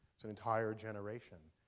it's an entire generation.